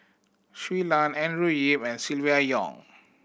Shui Lan Andrew Yip and Silvia Yong